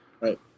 Right